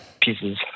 pieces